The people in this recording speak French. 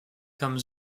comme